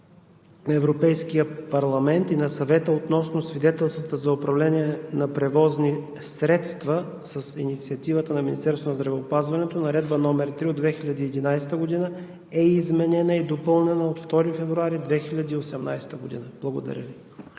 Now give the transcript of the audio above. на Европейския парламент и на Съвета относно свидетелствата за управление на превозни средства с инициативата на Министерството на здравеопазването, Наредба № 3 от 2011 г. е изменена и допълнена от 2 февруари 2018 г. Благодаря Ви.